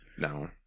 No